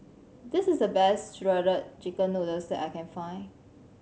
this is the best Shredded Chicken Noodles that I can find